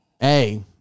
hey